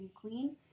Queen